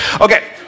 Okay